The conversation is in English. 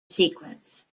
sequence